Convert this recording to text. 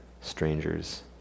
strangers